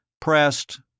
pressed